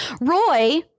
Roy